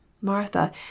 Martha